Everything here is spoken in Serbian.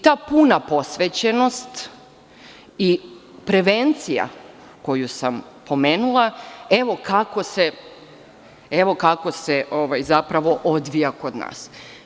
Ta puna posvećenost i prevencija koju sam pomenula evo kako se zapravo odvija kod nas.